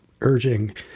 urging